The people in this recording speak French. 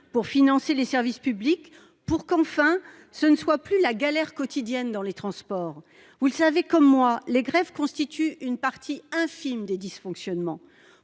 pour financer les services publics, pour que, enfin, ce ne soit plus la galère quotidienne dans les transports. Vous le savez comme moi, les grèves constituent une part infime des dysfonctionnements.